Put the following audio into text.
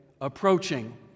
approaching